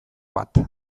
bat